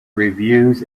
reviews